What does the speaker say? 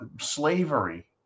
slavery